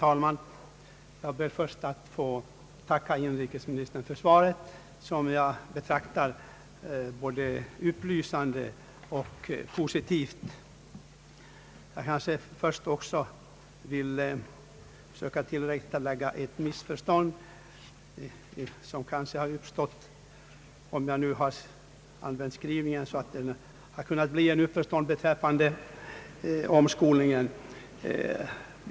Herr talman! Först ber jag att få tacka inrikesministern för svaret, som jag anser vara både upplysande och positivt. Jag vill också söka tillrättalägga ett missförstånd, som kanske har uppstått genom min skrivning beträffande omskolningen.